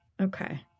Okay